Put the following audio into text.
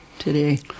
today